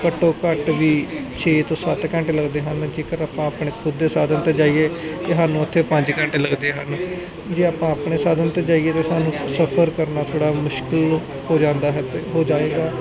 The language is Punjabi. ਘੱਟੋਂ ਘੱਟ ਵੀ ਛੇ ਤੋਂ ਸੱਤ ਘੰਟੇ ਲੱਗਦੇ ਹਨ ਜੇਕਰ ਆਪਾਂ ਆਪਣੇ ਖੁਦ ਦੇ ਸਾਧਨ ਤੇ ਜਾਈਏ ਤੇ ਸਾਨੂੰ ਉੱਥੇ ਪੰਜ ਘੰਟੇ ਲੱਗਦੇ ਹਨ ਜੇ ਆਪਾਂ ਆਪਣੇ ਸਾਧਨ ਤੇ ਜਾਈਏ ਤੇ ਸਾਨੂੰ ਸਫਰ ਕਰਨਾ ਥੋੜਾ ਮੁਸ਼ਕਿਲ ਹੋ ਜਾਂਦਾ ਹੈ ਤੇ ਹੋ ਜਾਏਗਾ